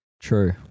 True